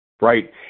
Right